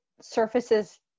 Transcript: surfaces